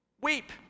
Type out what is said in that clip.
weep